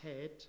head